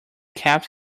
kept